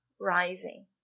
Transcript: rising